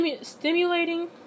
Stimulating